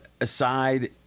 aside